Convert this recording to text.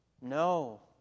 No